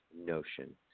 notion